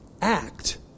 act